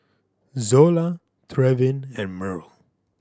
Zola Trevin and Myrl